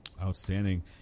Outstanding